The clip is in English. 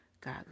God